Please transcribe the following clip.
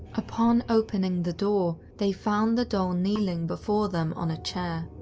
upon opening the door, they found the doll kneeling before them on a chair.